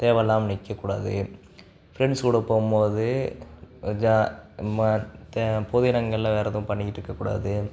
தேவையில்லாம நிற்கக்கூடாது ஃப்ரெண்ட்ஸ் கூட போகும்போது ஜா ம்ம தே பொது இடங்களில் வேறு ஏதும் பண்ணிகிட்டுக்கக்கூடாது